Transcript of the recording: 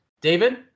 David